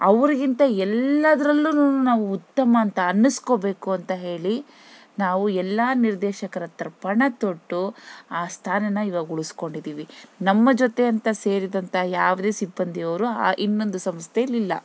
ಅವ್ರಿಗಿಂತ ಎಲ್ಲದ್ರಲ್ಲೂನು ನಾವು ಉತ್ತಮ ಅಂತ ಅನ್ನಸ್ಕೊಬೇಕು ಅಂತ ಹೇಳಿ ನಾವು ಎಲ್ಲ ನಿರ್ದೇಶಕರ ಹತ್ತಿರ ಪಣತೊಟ್ಟು ಆ ಸ್ಥಾನನ ಇವಾಗ ಉಳ್ಸ್ಕೊಂಡಿದ್ದೀವಿ ನಮ್ಮ ಜೊತೆ ಅಂತ ಸೇರಿದಂಥ ಯಾವುದೇ ಸಿಬ್ಬಂದಿಯವರು ಆ ಇನ್ನೊಂದು ಸಂಸ್ಥೆಯಲ್ಲಿ ಇಲ್ಲ